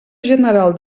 general